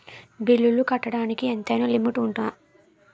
బిల్లులు కట్టడానికి ఎంతైనా లిమిట్ఉందా?